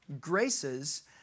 graces